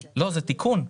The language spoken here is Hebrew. לא, זה תיקון.